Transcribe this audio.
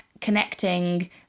connecting